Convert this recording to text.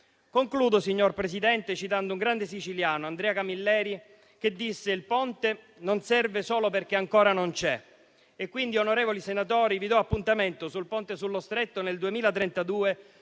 Concludo, signor Presidente, citando un grande siciliano, Andrea Camilleri, che disse che il Ponte non serve solo perché ancora non c'è. Onorevoli senatori, vi do appuntamento sul Ponte sullo Stretto nel 2032,